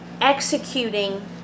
executing